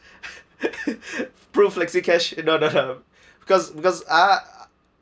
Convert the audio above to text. PRUFlexicash in order to because because I